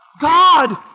God